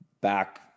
back